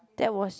that was